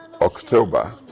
october